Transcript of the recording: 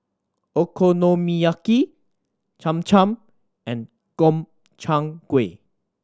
Okonomiyaki Cham Cham and Gobchang Gui